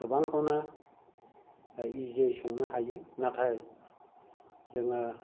गोबांखौनो इजि यै संनो हायो नाथाय जोङो